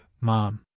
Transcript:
mom